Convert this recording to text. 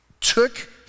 took